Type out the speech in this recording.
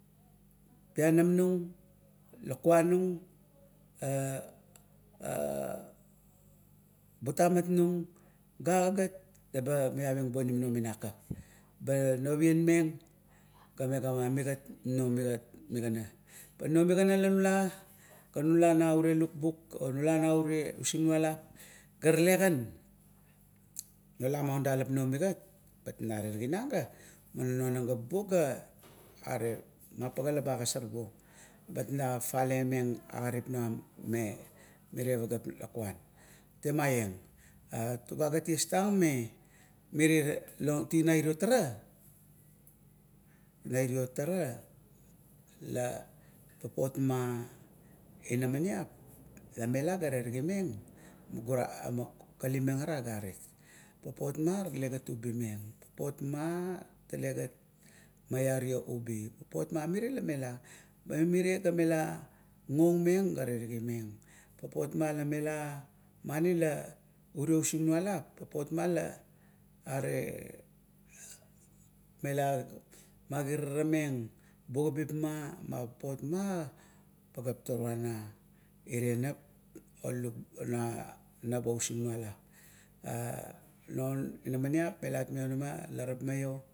Pianam nung lakuan nung butamat nung ga agagat la ba maiaving bonim nu me nakap, ba novenmeng ga megama migat nunuo migat migana. Pa nunuo migana la nula nou ure lukbuk onula na ure usingnualap garale gan nualam dalap nuo migat, bet ina teriginang. Bet ina teriginang ga nonang ga bubuo mapagea la ba agosor buong, bet ina fafale meng agarit nuam, memire pageap lukuan temaieng. Ea- tugagat ties tung me mirer non sip nairiro tara, na iro tara la papot ma inamaniap la mela ga ina terigimeng ga man kalimeng ara agarit. Papot ma la talegat ubimeng, papot ma talegat maiaro ubi, popot ma mire la melar, pa mirea la mela gongmeng ga terigimeng papotma la mela, mani la urio usinglualap ma la are, melar magirarameng bugabipma, ma papot ma pageap toruam na ire nap duk ire nap na nap ousingnualap. A non inamaniap melat manionama ga tamaio